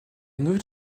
nouvelle